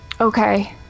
Okay